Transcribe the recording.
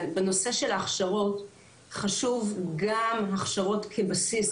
בנושא של ההכשרות חשוב גם הכשרות כבסיס,